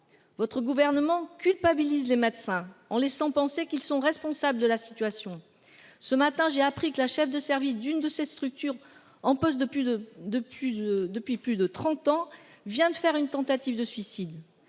Votre gouvernement culpabilise les médecins en laissant penser qu'ils sont responsables de la situation. Ce matin j'ai appris que la chef de service d'une de ces structures. En poste depuis de depuis de depuis plus de 30 ans vient de faire une tentative de suicide.